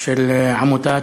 של עמותת